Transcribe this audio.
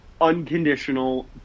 unconditional